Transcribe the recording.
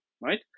right